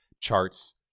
charts